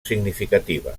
significativa